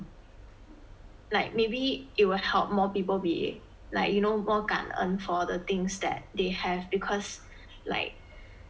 like maybe it'll help more people be like you know more 感恩 for the things that they have because like